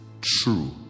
true